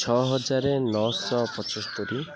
ଛଅହଜାର ନଅଶହ ପଞ୍ଚସ୍ତରୀ